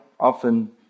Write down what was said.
Often